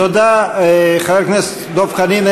תודה, חבר הכנסת דב חנין.